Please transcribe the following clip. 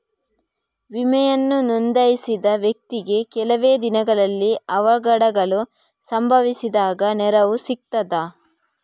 ವಿಮೆಯನ್ನು ನೋಂದಾಯಿಸಿದ ವ್ಯಕ್ತಿಗೆ ಕೆಲವೆ ದಿನಗಳಲ್ಲಿ ಅವಘಡಗಳು ಸಂಭವಿಸಿದಾಗ ನೆರವು ಸಿಗ್ತದ?